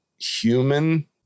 human